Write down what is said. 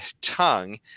tongue